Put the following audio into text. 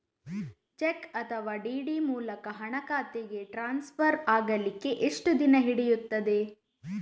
Check ಅಥವಾ DD ಮೂಲಕ ಹಣ ಖಾತೆಗೆ ಟ್ರಾನ್ಸ್ಫರ್ ಆಗಲಿಕ್ಕೆ ಎಷ್ಟು ದಿನ ಹಿಡಿಯುತ್ತದೆ?